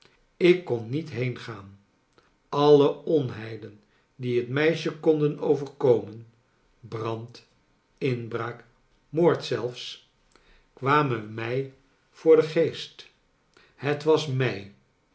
ik kon niet heengaan alle onheilen die het meisje konden overkomen brand inbraak moord zelfs kwamen mij voor den geest het was mij